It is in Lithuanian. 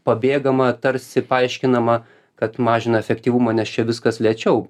pabėgama tarsi paaiškinama kad mažina efektyvumą nes čia viskas lėčiau